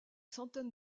centaines